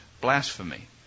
Blasphemy